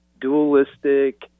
dualistic